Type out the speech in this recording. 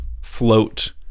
float